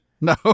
No